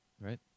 right